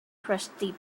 crusty